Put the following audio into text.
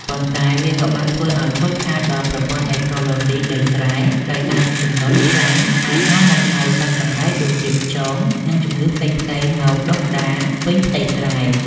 ប៉ុន្តែវាក៏បានធ្វើឱ្យខូចខាតដល់ប្រព័ន្ធអេកូឡូស៊ីដីស្រែ ដោយសារទឹកជំនន់ខ្លាំងអាចនាំមកនូវសត្វចង្រៃដូចជាខ្យង និងជំងឺផ្សេងៗមកដុះដាលពេញផ្ទៃស្រែ។